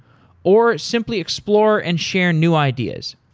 or, simply explore and share new ideas.